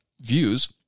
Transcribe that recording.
views